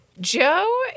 Joe